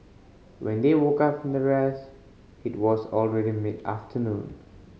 when they woke up from the rest it was already mid afternoon